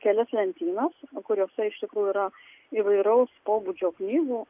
kelias lentynas kuriose iš tikrųjų yra įvairaus pobūdžio knygų